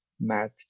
math